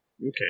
Okay